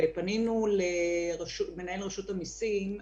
פנינו למנהל רשות המסים,